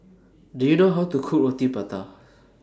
Do YOU know How to Cook Roti Prata